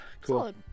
Cool